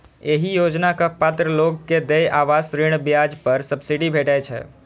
एहि योजनाक पात्र लोग कें देय आवास ऋण ब्याज पर सब्सिडी भेटै छै